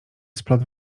splot